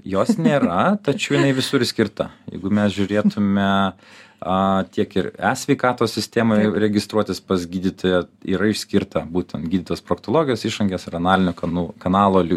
jos nėra tačiau jinai visur išskirta jeigu mes žiūrėtume aaa tiek ir e sveikatos sistemoje registruotis pas gydytoją yra išskirta būtent gydytojas proktologas išangės ir analinio kanu kanalo